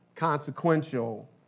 consequential